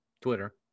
twitter